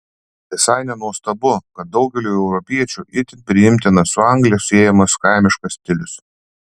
visai nenuostabu kad daugeliui europiečių itin priimtinas su anglija siejamas kaimiškas stilius